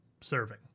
serving